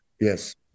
Yes